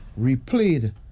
replayed